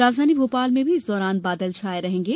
राजधानी भोपाल में भी इस दौरान बादल छाए रहेंगे